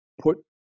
put